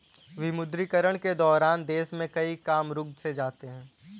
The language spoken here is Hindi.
विमुद्रीकरण के दौरान देश में कई काम रुक से जाते हैं